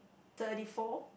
thirty four